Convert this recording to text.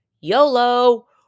YOLO